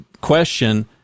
question